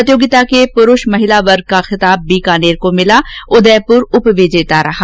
प्रतियोगिता के पुरूष महिला वर्ग का खिताब बीकानेर को मिला उदयपुर उपविजेता रहा